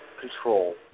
control